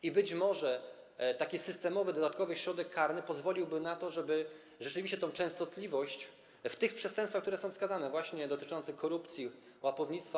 I być może taki systemowy dodatkowy środek karny pozwoliłby na to, żeby rzeczywiście tę częstotliwość w tych przestępstwach, które są wskazane, właśnie dotyczących korupcji, łapownictwa.